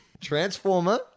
transformer